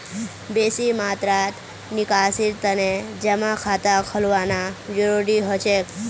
बेसी मात्रात निकासीर तने जमा खाता खोलवाना जरूरी हो छेक